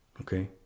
okay